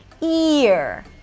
Ear